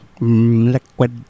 liquid